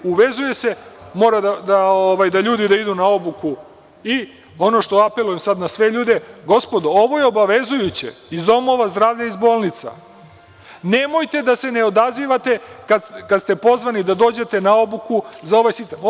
Uvezuje se, moraju ljudi da idu na obuku i ono što apelujem sada na sve ljude, gospodo ovo je obavezujuće, iz domova zdravlja iz bolnica, nemojte da se ne odazivate kada ste pozvani da dođete na obuku za ovaj sistem.